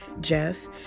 Jeff